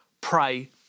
pray